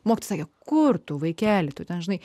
maksai kur tu vaikeli tu ten žinai